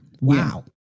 Wow